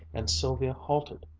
and sylvia halted,